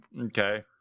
Okay